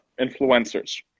influencers